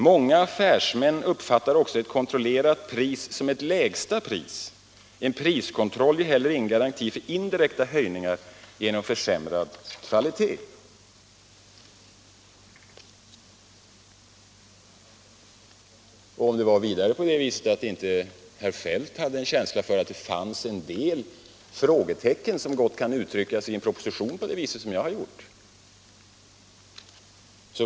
Många affärsmän uppfattar också ett kontrollerat pris som ett lägsta pris. En priskontroll är heller ingen garanti för indirekta höjningar genom försämrad kvalitet. Herr Feldt hade vidare ingen känsla för att det finns en del oklara frågeställningar, som mycket väl kan uttryckas i en proposition på det sätt som jag har gjort.